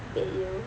babe you